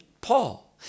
Paul